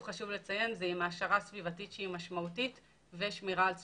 חשוב לציין שזה עם העשרה סביבתית משמעותית ושמירה על צפיפות.